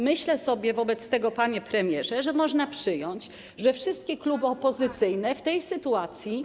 Myślę sobie wobec tego, panie premierze, że można przyjąć, że wszystkie kluby opozycyjne w tej sytuacji.